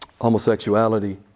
homosexuality